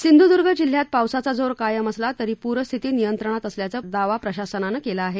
सिंधुद्र्ग जिल्ह्यात पावसाचा जोर कायम असला तरी पूरस्थिती नियंत्रणात असल्याचं प्रशासनानं म्हटलं आहे